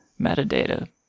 metadata